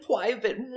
Private